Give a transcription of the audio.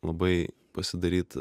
labai pasidaryt